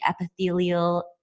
epithelial